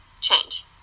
change